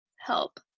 help